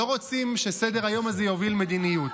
לא רוצים שסדר-היום הזה יוביל מדיניות.